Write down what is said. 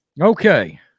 Okay